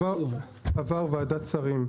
זה עבר ועדת שרים.